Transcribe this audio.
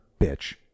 bitch